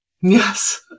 Yes